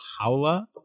Howla